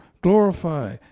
glorify